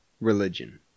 religion